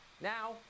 Now